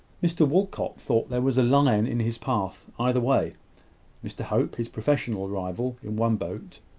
mr walcot thought there was a lion in his path either way mr hope, his professional rival, in one boat,